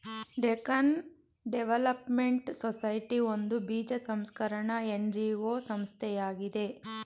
Deccan development society ಒಂದು ಬೀಜ ಸಂಸ್ಕರಣ ಎನ್.ಜಿ.ಒ ಸಂಸ್ಥೆಯಾಗಿದೆ